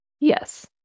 Yes